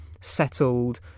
settled